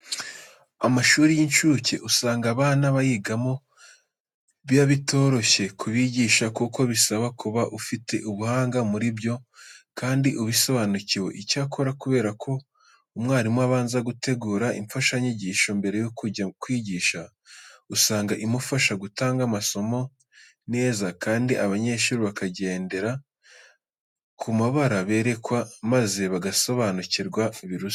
Amashuri y'inshuke usanga abana bayigamo biba bitoroshye kubigisha kuko bisaba kuba ufite ubuhanga muri byo kandi ubisobanukiwe. Icyakora kubera ko umwarimu abanza gutegura imfashanyigisho mbere yo kujya kwigisha, usanga imufasha gutanga amasomo neza kandi abanyeshuri bakagendera ku mabara berekwa maze bagasobanukirwa biruseho.